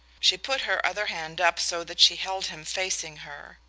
she put her other hand up, so that she held him facing her.